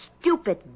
stupid